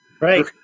Right